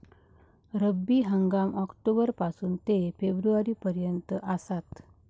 रब्बी हंगाम ऑक्टोबर पासून ते फेब्रुवारी पर्यंत आसात